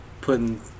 putting